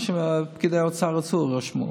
מה שפקידי האוצר רצו, רשמו.